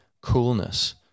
coolness